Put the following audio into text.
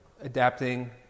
adapting